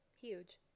Huge